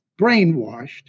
brainwashed